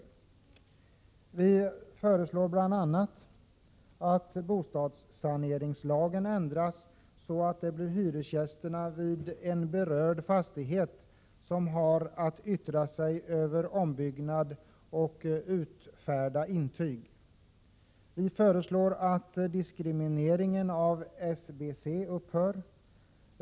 e Vi föreslår bl.a. att bostadssaneringslagen ändras så att det blir hyresgästerna vid en berörd fastighet som har att yttra sig över ombyggnad och utfärda intyg. e Vi föreslår att diskrimineringen av SBC upphör.